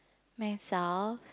myself